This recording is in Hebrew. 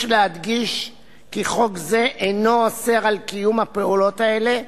יש להדגיש כי חוק זה אינו אוסר קיום הפעולות האלה,